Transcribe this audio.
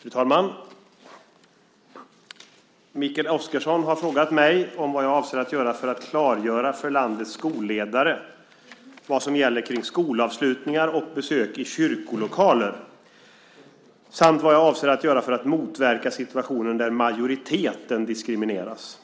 Fru talman! Mikael Oscarsson har frågat mig vad jag avser att göra för att klargöra för landets skolledare vad som gäller kring skolavslutningar och besök i kyrkolokaler samt vad jag avser att göra för att motverka situationen där majoriteten diskrimineras.